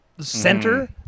center